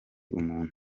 umuntu